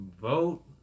Vote